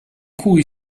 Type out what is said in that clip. cui